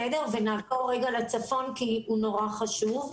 נעבור לרגע לצפון כי הוא מאוד חשוב.